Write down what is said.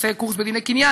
שעושה קורס בדיני קניין,